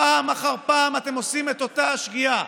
פעם אחר פעם אתם עושים את אותה השגיאה.